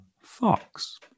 Fox